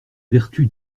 vertu